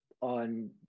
on